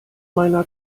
meiner